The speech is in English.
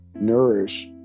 nourish